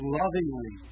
lovingly